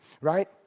Right